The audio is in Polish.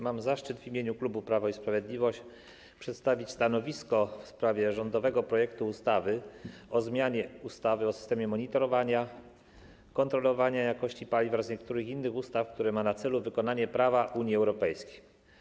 Mam zaszczyt w imieniu klubu Prawo i Sprawiedliwość przedstawić stanowisko w sprawie rządowego projektu ustawy o zmianie ustawy o systemie monitorowania i kontrolowania jakości paliw oraz niektórych innych ustaw, który ma na celu wykonanie prawa Unii Europejskiej.